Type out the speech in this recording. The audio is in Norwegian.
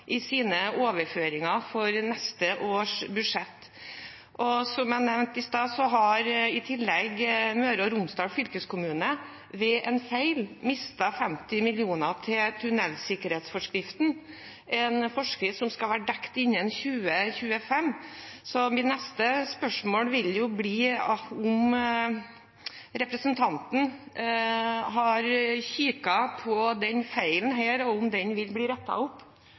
i sine overføringer for neste års budsjett. Som jeg nevnte i stad, har i tillegg Møre og Romsdal fylkeskommune ved en feil mistet 50 mill. kr til tunnelsikkerhetsforskriften, en forskrift som skal være dekket innen 2025. Så mitt neste spørsmål blir om representanten har kikket på denne feilen, og om den vil bli rettet opp.